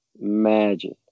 imagine